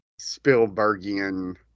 Spielbergian